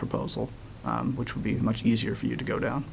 proposal which would be much easier for you to go down